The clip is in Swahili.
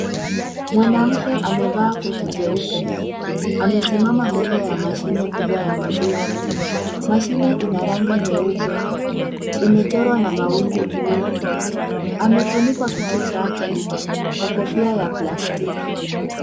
Mwanamke amevaa koti jeupe amesimama mbele ya mashine kubwa ya maziwa. Maziwa ina rangi nyeupe imechorwa na mawingu blue . Amefunikwa kichwa chake kwa kofia ya plastiki.